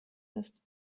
ist